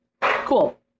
Cool